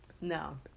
No